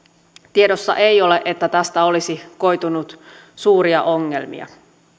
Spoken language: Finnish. tiedossa ei ole että tästä olisi koitunut suuria ongelmia